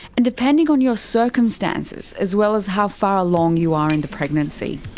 and depending on your circumstances, as well as how far along you are in the pregnancy.